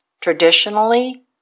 Traditionally